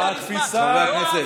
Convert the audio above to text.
חברי הכנסת.